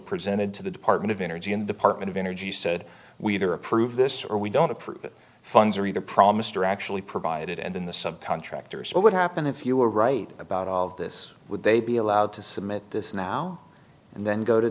presented to the department of energy in the part of energy said we either approve this or we don't approve it funds are either promised or actually provided and then the subcontractors what would happen if you were right about all of this would they be allowed to submit this now and then go to